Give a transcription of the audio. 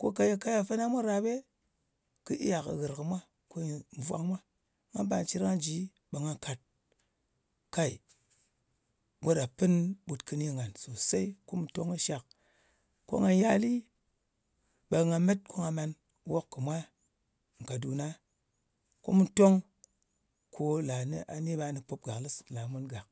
ko kaye kaya fana mwa rap ɓe, kɨ iya kɨ ghɨr kɨ mwa, ko nyɨ vwang mwa. Nga bà cir nga ji ɓe nga kat, kai, go ɗa pin ɓut kɨni ngan sosey. Ko mu tong kɨ shak, ko nga yali, ɓe nga met ko nga man wok kɨ mwa kaduna. Ko mu tong kò lani, a ni ɓa nɨ pùp gàklɨs ɗo la mun gàk.